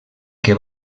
que